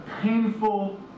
painful